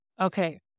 okay